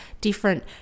different